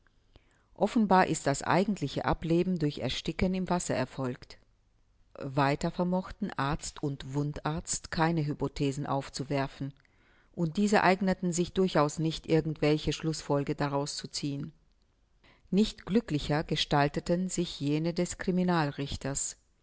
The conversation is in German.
offenbar ist das eigentliche ableben durch ersticken im wasser erfolgt weiter vermochten arzt und wundarzt keine hypothesen aufzuwerfen und diese eigneten sich durchaus nicht irgend welche schlußfolge daraus zu ziehen nicht glücklicher gestalteten sich jene des